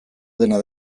dena